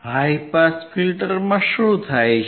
high pass ફિલ્ટરમાં શું થાય છે